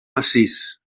massís